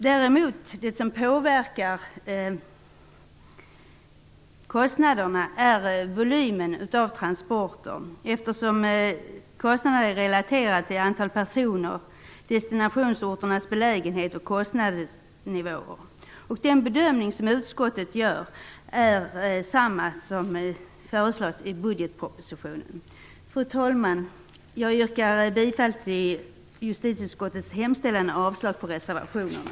Det som däremot påverkar kostnaderna är volymen av transporter, eftersom kostnaderna är relaterade till antal personer, destinationsorternas belägenhet och kostnadsnivån. Utskottet gör i frågan samma bedömning som den regeringen gör i budgetpropositionen. Fru talman! Jag yrkar bifall till justitieutskottets hemställan och avslag på reservationerna.